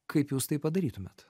kaip jūs tai padarytumėt